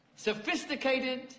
Sophisticated